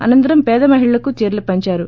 అనంతరం పేద మహిళలలకు చీరలు పందారు